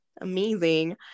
Amazing